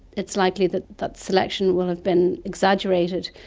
it's likely that that selection will have been exaggerated,